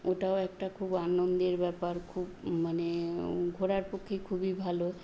ওটাও একটা খুব আনন্দের ব্যাপার খুব মানেও ঘোরার পক্ষে খুবই ভালো